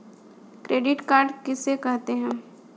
Credit card किसे कहते हैं?